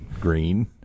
Green